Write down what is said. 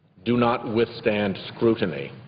do not withstand scrutiny.